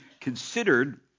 considered